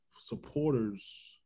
supporters